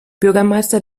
bürgermeister